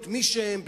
להיות מי שהם,